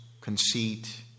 conceit